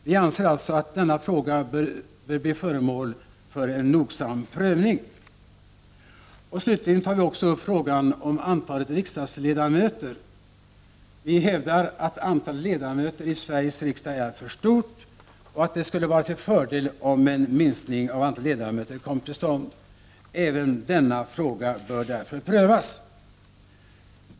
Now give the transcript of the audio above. Vi anser alltså att denna fråga bör bli föremål för en nogsam prövning. Vi tar också upp frågan om antalet riksdagsledamöter. Vi hävdar att antalet ledamöter i Sveriges riksdag är för stort och att det skulle vara till fördel om en minskning kom till stånd. Även denna fråga bör därför prövas.